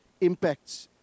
impacts